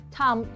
Tom